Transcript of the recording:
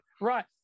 Right